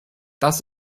das